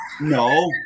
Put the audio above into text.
no